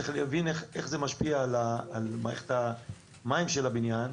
צריך להבין איך זה משפיע על מערכת המים של הבניין.